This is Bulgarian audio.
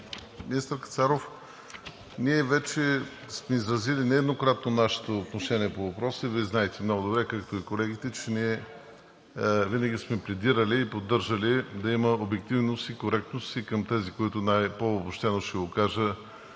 Министър Кацаров, ние вече сме изразили нееднократно нашето отношение по въпроса и Вие знаете много добре, както и колегите, че ние винаги сме пледирали и поддържали да има обективност и коректност и към тези, които, по-обобщено ще го кажа,